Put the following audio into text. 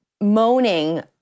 moaning